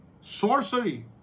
sorcery